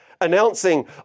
announcing